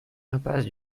impasse